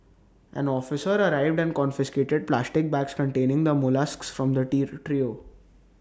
an officer arrived and confiscated plastic bags containing the molluscs from the trio